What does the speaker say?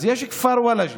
אז יש כפר ולאג'ה.